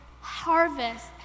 harvest